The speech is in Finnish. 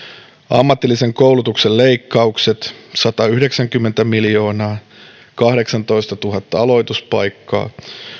ammatillisen koulutuksen leikkaukset satayhdeksänkymmentä miljoonaa kahdeksantoistatuhatta aloituspaikkaa